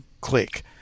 click